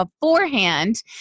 beforehand